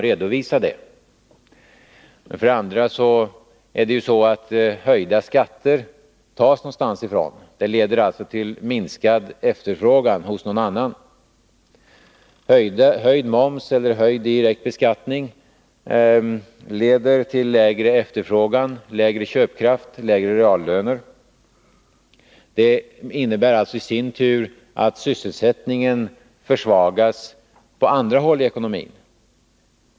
För det andra måste pengarna för att betala höjda skatter tas någonstans ifrån. Det leder till minskad efterfrågan hos någon annan. Höjd moms eller höjd direkt beskattning leder till lägre efterfrågan, lägre köpkraft och lägre reallöner. Det innebär i sin tur att sysselsättningen försvagas på andra håll i ekonomin.